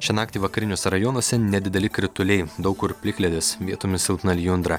šią naktį vakariniuose rajonuose nedideli krituliai daug kur plikledis vietomis silpna lijundra